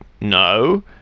No